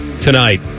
tonight